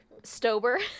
Stober